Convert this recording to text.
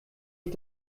ich